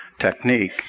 technique